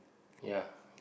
ya